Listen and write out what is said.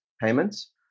payments